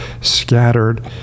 scattered